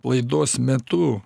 laidos metu